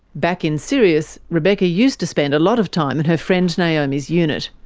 back in sirius, rebecca used to spend a lot of time in her friend naomi's unit,